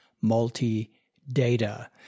Multi-Data